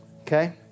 Okay